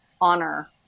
honor